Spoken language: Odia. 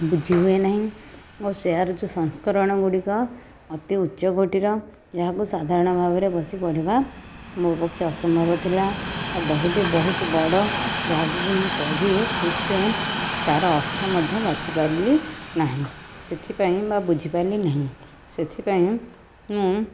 ବୁଝିହୁଏ ନାହିଁ ଓ ସେହାର ଯେଉଁ ସଂସ୍କରଣ ଗୁଡ଼ିକ ଅତି ଉଚ୍ଚକୋଟିର ଏହାକୁ ସାଧାରଣ ଭାବରେ ବସି ପଢ଼ିବା ମୋ ପକ୍ଷେ ଅସମ୍ଭବ ଥିଲା ଆଉ ବହିଟି ବହୁତ ବଡ଼ ଯାହାକୁ କି ମୁଁ ପଢ଼ି ଠିକ୍ସେ ତାହାର ଅର୍ଥ ମଧ୍ୟ ବାଛି ପାରିଲି ନାହିଁ ସେଥିପାଇଁ ମଧ୍ୟ ବୁଝିପାରିଲିନାହିଁ ସେଥିପାଇଁ ମୁଁ